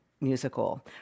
musical